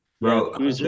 bro